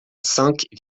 cinq